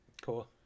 cool